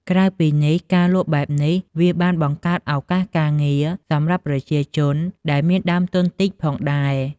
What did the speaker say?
ក្រៅពីនេះ ការលក់បែបនេះវាបានបង្កើតឱកាសការងារសម្រាប់ប្រជាជនដែលមានដើមទុនតិចផងដែរ។